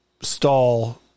stall